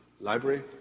library